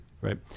Right